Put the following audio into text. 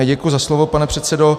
Děkuji za slovo, pane předsedo.